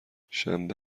شنبه